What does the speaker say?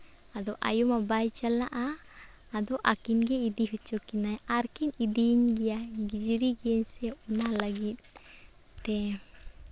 ᱟᱫᱚ ᱟᱭᱚ ᱢᱟ ᱵᱟᱭ ᱪᱟᱞᱟᱜᱼᱟ ᱟᱫᱚ ᱟᱹᱠᱤᱱ ᱜᱮ ᱤᱫᱤ ᱦᱚᱪᱚ ᱠᱤᱱᱟᱹᱭ ᱟᱨ ᱠᱤᱱ ᱤᱫᱤᱭᱤᱧ ᱜᱮᱭᱟ ᱜᱤᱡᱽᱲᱤ ᱜᱤᱭᱟᱹᱧ ᱥᱮ ᱚᱱᱟ ᱞᱟᱹᱜᱤᱫ ᱛᱮ